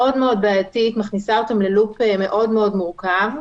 מאוד מאוד בעייתית והיא מכניסה אותם ללופ מאוד מאוד מורכב,